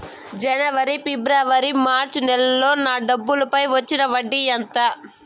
జనవరి, ఫిబ్రవరి, మార్చ్ నెలలకు నా డబ్బుపై వచ్చిన వడ్డీ ఎంత